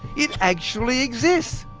it actually exists!